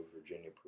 Virginia